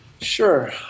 Sure